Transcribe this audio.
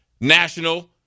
national